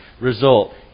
Result